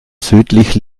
südlich